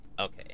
Okay